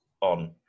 on